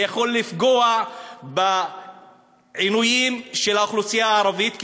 שזה יכול לפגוע בעינויים של האוכלוסייה הערבית,